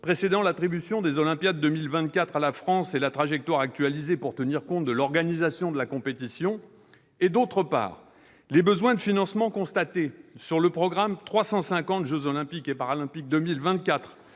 précédant l'attribution des Olympiades de 2024 à la France et la trajectoire actualisée pour tenir compte de l'organisation de la compétition, et, d'autre part, les besoins de financement constatés sur le programme 350, « Jeux olympiques et paralympiques 2024